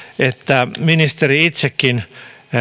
että ministeri itsekin